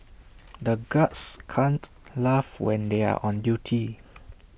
the guards can't laugh when they are on duty